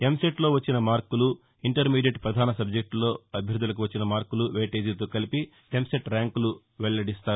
ఎంసెట్లో వచ్చిన మార్కులు ఇంటర్మీడియట్ పధాన సబ్జెక్టుల్లో అభ్యర్థులకు వచ్చిన మార్కుల వెయిటేజీతో కలిపి ఎంసెట్ ర్యాంకులు వెల్లడిస్తారు